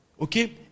okay